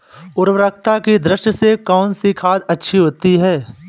उर्वरकता की दृष्टि से कौनसी खाद अच्छी होती है?